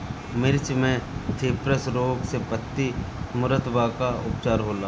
मिर्च मे थ्रिप्स रोग से पत्ती मूरत बा का उपचार होला?